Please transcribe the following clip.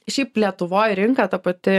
šiaip lietuvoj rinka ta pati